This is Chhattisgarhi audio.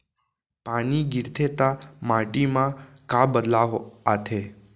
पानी गिरथे ता माटी मा का बदलाव आथे?